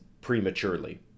prematurely